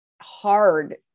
hard